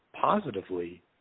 positively